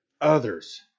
others